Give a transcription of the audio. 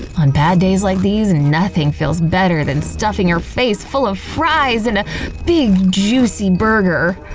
on bad days like these, nothing feels better than stuffing your face full of fries and a big, juicy burger.